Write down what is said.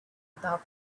about